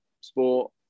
sport